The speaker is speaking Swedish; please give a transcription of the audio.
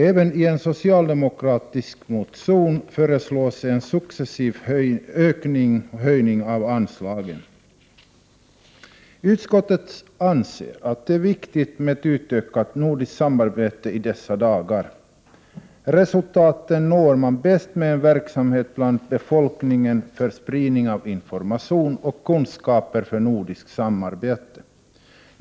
Även i en socialdemokratisk motion föreslås en successiv ökning av anslagen. Utskottet anser att det är viktigt med ett utökat nordiskt samarbete i dessa dagar. Resultat når man bäst med en verksamhet bland befolkningen för spridning av information och kunskaper om nordiskt samarbete.